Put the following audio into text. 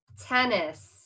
Tennis